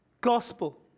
gospel